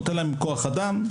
נותן להם כוח אדם,